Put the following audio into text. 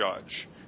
judge